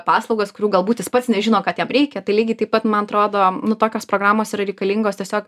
paslaugas kurių galbūt jis pats nežino kad jam reikia tai lygiai taip pat man atrodo nu tokios programos yra reikalingos tiesiog